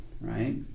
right